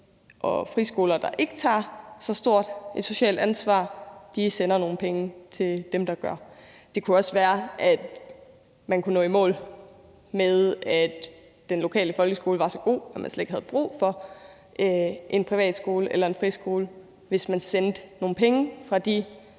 og friskoler, der ikke tager så stort et socialt ansvar, sender nogle penge til dem, der gør. Det kunne også være, at man kunne nå i mål med, at den lokale folkeskole var så god, at man slet ikke havde brug for en privatskole eller en friskole, hvis man sendte nogle penge fra de